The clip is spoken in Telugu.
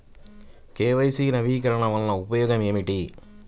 కే.వై.సి నవీకరణ వలన ఉపయోగం ఏమిటీ?